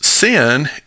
sin